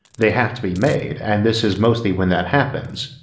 they have to be made, and this is mostly when that happens,